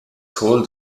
called